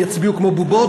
יצביעו כמו בובות,